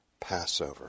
Passover